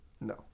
No